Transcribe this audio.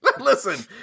Listen